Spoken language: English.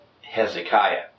Hezekiah